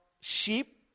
sheep